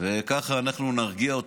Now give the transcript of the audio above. וככה אנחנו נרגיע אותו?